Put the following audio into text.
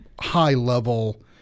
high-level